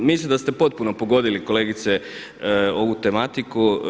Pa mislim da ste potpuno pogodili kolegice ovu tematiku.